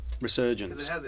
resurgence